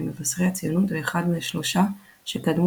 ממבשרי הציונות ואחד מהשלושה שקדמו